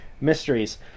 mysteries